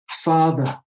father